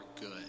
good